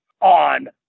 on